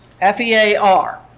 F-E-A-R